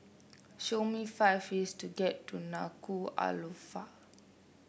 show me five ways to get to Nuku'alofa